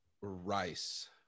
rice